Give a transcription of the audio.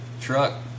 truck